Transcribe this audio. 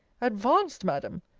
advanced, madam!